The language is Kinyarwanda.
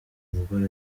umugore